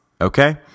okay